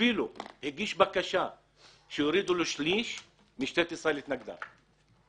הוא הגיש בקשה שיורידו לו שליש ומשטרת ישראל התנגדה.